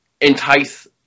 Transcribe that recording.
entice